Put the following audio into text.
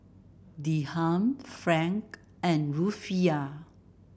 Dirham franc and Rufiyaa